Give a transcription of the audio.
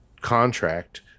contract